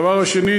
והדבר השני,